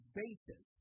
basis